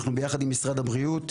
אנחנו יחד עם משרד הבריאות,